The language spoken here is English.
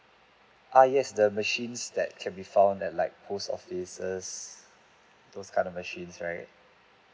ah yes the machines that can be found at like post offices those kind of machines right